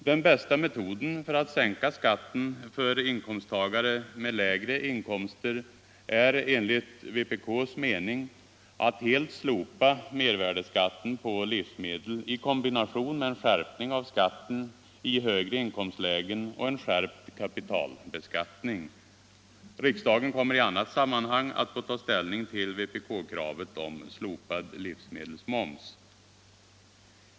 Den bästa metoden för att sänka skatten för inkomsttagare med lägre inkomster är enligt vpk:s mening att helt slopa mervärdeskatten på livsmedel i kombination med en skärpning av skatten i högre inkomstlägen och en skärpt kapitalbeskattning. Riksdagen kommer i annat sammanhang att få ta ställning till vpk-kravet på slopad livsmedelsmoms.